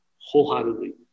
wholeheartedly